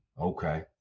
Okay